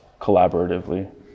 collaboratively